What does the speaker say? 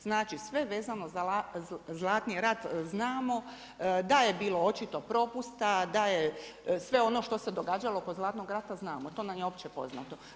Znači sve vezano za Zlatni rat znamo, da je bilo očito propusta, da je sve ono što se događalo oko Zlatnog rata znamo, to nam je opće poznato.